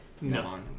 No